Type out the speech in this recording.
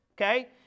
okay